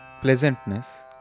Pleasantness